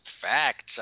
facts